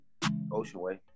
Oceanway